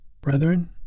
Brethren